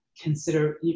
consider